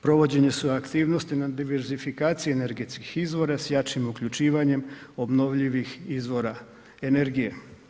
Provođene su aktivnosti na diverzifikaciji energetskih izvora s jačim uključivanjem obnovljivih izvora energije.